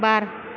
बार